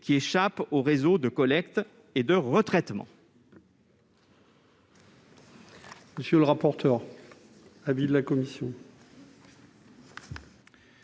qui échappent aux réseaux de collecte et de retraitement.